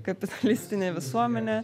kapitalistinę visuomenę